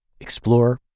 explore